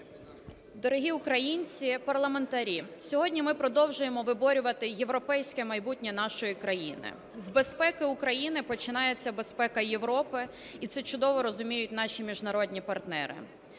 Дорогі українці, парламентарі! Сьогодні ми продовжуємо виборювати європейське майбутнє нашої країни. З безпеки України починається безпека Європи, і це чудово розуміють наші міжнародні партнери.